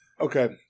Okay